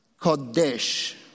Kodesh